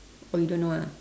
oh you don't know ah